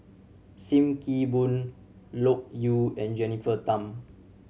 Sim Kee Boon Loke Yew and Jennifer Tham